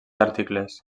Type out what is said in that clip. articles